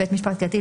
לבית משפט קהילתי,